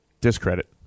Discredit